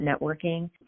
networking